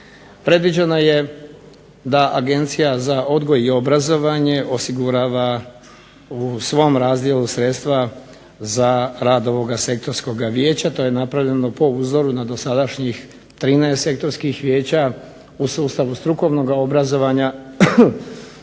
Predviđeno je da Agencija za odgoj i obrazovanje osigurava u svom razdjelu sredstva za rad ovoga sektorskoga vijeća. To je napravljeno po uzoru na dosadašnjih 13 sektorskih vijeća u sustavu strukovnoga obrazovanja.